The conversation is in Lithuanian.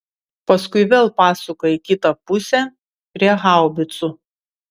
paskui vėl pasuka į kitą pusę prie haubicų